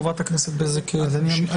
חברת הכנסת בזק, בבקשה.